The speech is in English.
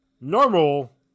normal